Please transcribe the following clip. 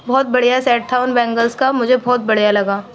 بہت بڑھیا سیٹ تھا ان بینگلس کا مجھے بہت بڑھیا لگا